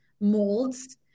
Molds